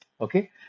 Okay